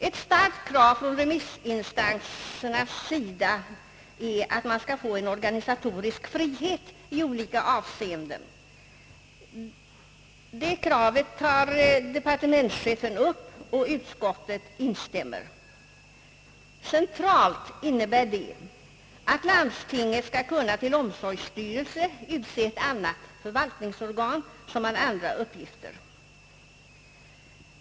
Ett starkt krav från remissinstansernas sida är att man skall få en organisatorisk frihet i olika avseenden. Det kravet betonar departementschefen, och utskottet instämmer. Centralt innebär det att landstinget skall kunna till omsorgsstyrelse utse ett förvaltningsorgan som har även andra uppgifter.